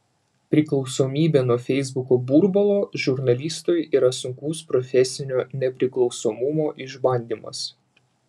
priklausomybė nuo feisbuko burbulo žurnalistui yra sunkus profesinio nepriklausomumo išbandymas